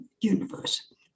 universe